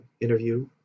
interview